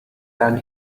than